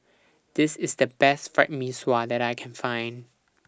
This IS The Best Fried Mee Sua that I Can Find